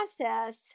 process